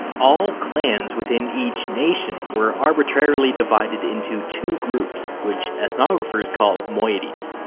all clans within each nation were arbitrarily divided into two groups which ethnographers call moieties.